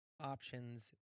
Options